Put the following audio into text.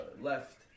Left